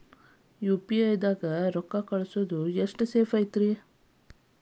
UPI ನ್ಯಾಗ ರೊಕ್ಕ ಕಳಿಸೋದು ಎಷ್ಟ ಸೇಫ್ ರೇ?